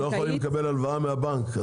לא, הם לא יכולים לקבל הלוואה מהבנק.